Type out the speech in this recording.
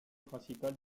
principal